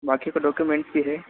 बाकी के डोक्यूमेंट भी है